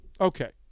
Okay